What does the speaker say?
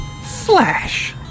Flash